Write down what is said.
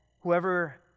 whoever